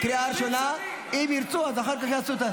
13 נגד, אחד נמנע.